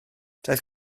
daeth